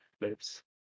lips